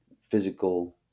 physical